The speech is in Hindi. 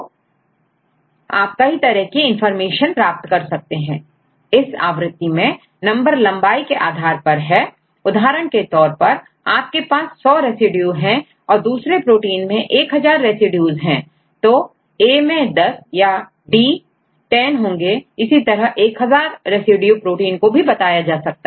y एक तरह यदि आपके पास यूनीपोर्ट में सीक्वेंस है तो आप कई तरह की इंफॉर्मेशन प्राप्त कर सकते हैं इस आवृत्ति में नंबर लंबाई के आधार पर हैं उदाहरण के तौर पर आपके पास 100 रेसिड्यू है तथा तथा दूसरे प्रोटीन में 1000 रेसिड्यूज है तो A मैं10 याD10 होंगे इसी तरह से 1000 रेसिड्यू प्रोटीन को भी बताया जा सकता है